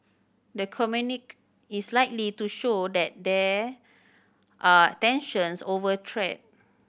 the communique is likely to show that there are tensions over trade